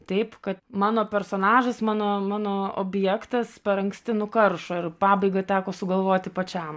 taip kad mano personažas mano mano objektas per anksti nukaršo ir pabaigą teko sugalvoti pačiam